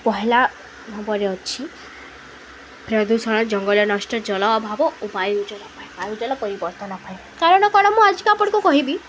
ପହେଲା ଭାବରେ ଅଛି ପ୍ରଦୂଷଣ ଜଙ୍ଗଲ ନଷ୍ଟ ଜଳ ଅଭାବ ଓ ବାୟୁ ଜଳ ପାଇଁ ବାୟୁଜଳ ପରିବର୍ତ୍ତନ ପାଇଁ କାରଣ କଣ ମୁଁ ଆଜି ତ ଆପଣଙ୍କୁ କହିବି